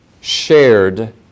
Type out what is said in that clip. shared